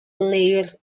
layers